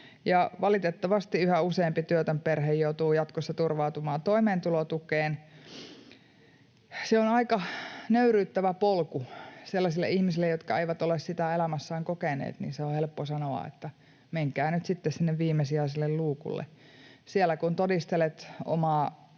Valitettavasti yhä useampi työtön perhe joutuu jatkossa turvautumaan toimeentulotukeen. Se on aika nöyryyttävä polku sellaisille ihmisille, jotka eivät ole sitä elämässään kokeneet. Se on helppo sanoa, että menkää nyt sitten sinne viimesijaiselle luukulle. Siellä kun todistelet omaa